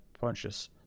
Pontius